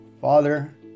Father